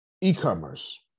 e-commerce